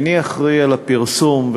איני אחראי לפרסום,